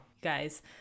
guys